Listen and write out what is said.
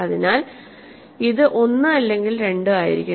അതിനാൽ ഇത് 1 അല്ലെങ്കിൽ 2 ആയിരിക്കണം